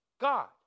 God